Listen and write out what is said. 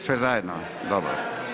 Sve zajedno, dobro.